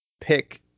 pick